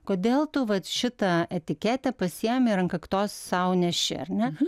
kodėl tu vat šitą etiketę pasiėmei ir ant kaktos sau neši ar ne